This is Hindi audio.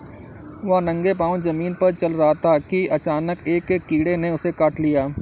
वह नंगे पांव जमीन पर चल रहा था कि अचानक एक कीड़े ने उसे काट लिया